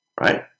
right